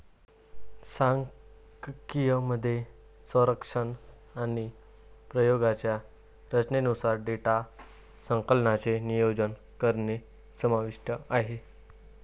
सांख्यिकी मध्ये सर्वेक्षण आणि प्रयोगांच्या रचनेनुसार डेटा संकलनाचे नियोजन करणे समाविष्ट आहे